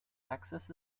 axis